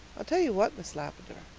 i tell you what, miss lavendar.